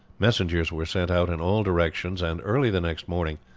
messengers were sent out in all directions, and early the next morning,